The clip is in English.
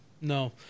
no